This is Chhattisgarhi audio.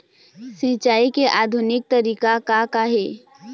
सिचाई के आधुनिक तरीका का का हे?